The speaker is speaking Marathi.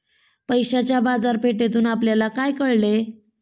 पैशाच्या बाजारपेठेतून आपल्याला काय कळले?